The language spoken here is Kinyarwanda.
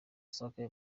sake